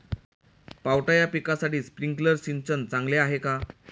पावटा या पिकासाठी स्प्रिंकलर सिंचन चांगले आहे का?